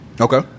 Okay